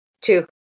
Two